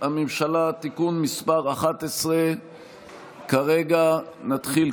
הממשלה (תיקון מס' 11). כרגע נתחיל,